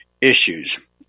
issues